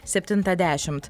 septintą dešimt